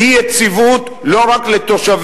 היא אי של יציבות לא רק לתושביה,